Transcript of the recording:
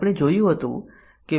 તો ચાલો સફેદ બોક્ષનું ટેસ્ટીંગ જોઈએ